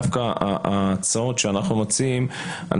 בהצעות שאנחנו מציעים,